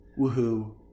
Woohoo